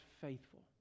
faithful